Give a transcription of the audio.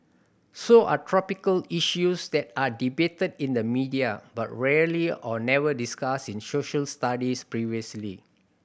so are topical issues that are debated in the media but rarely or never discussed in Social Studies previously